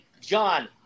John